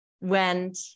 went